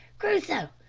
crusoe!